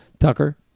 Tucker